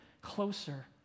closer